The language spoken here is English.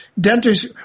dentists